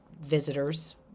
visitors